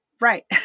right